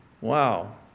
Wow